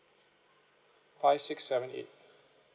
five six seven eight